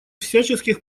всяческих